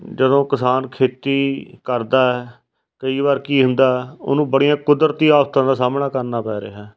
ਜਦੋਂ ਕਿਸਾਨ ਖੇਤੀ ਕਰਦਾ ਕਈ ਵਾਰ ਕੀ ਹੁੰਦਾ ਉਹਨੂੰ ਬੜੀਆਂ ਕੁਦਰਤੀ ਆਫਤਾਂ ਦਾ ਸਾਹਮਣਾ ਕਰਨਾ ਪੈ ਰਿਹਾ